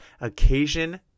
occasion